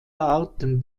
arten